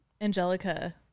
Angelica